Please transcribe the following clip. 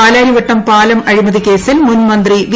പാലാരിവട്ടം പാലം അഴിമതിക്കേസിൽ മുൻമന്ത്രി വി